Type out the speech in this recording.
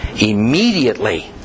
immediately